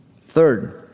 Third